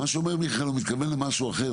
מה שאומר מיכאל הוא מתכוון למשהו אחר.